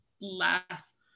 last